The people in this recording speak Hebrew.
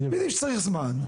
יודעים שצריך זמן.